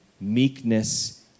meekness